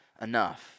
enough